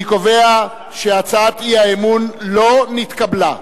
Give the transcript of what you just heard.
אני קובע שהצעת האי-אמון לא נתקבלה.